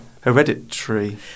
Hereditary